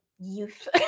youth